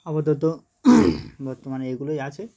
আপাতত বর্তমানে এগুলোই আছে